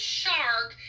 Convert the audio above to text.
shark